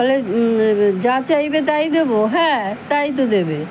যা চাইবে তাই দেবো হ্যাঁ তাই তো দেবে